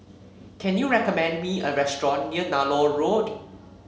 can you recommend me a restaurant near Nallur Road